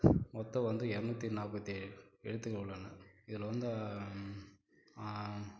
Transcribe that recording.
மொத்தம் வந்து இரநூத்தி நாற்பத்தி ஏழு எழுத்துக்கள் உள்ளன இதில் வந்து